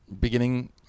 beginning